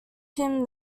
him